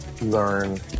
learn